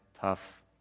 tough